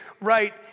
right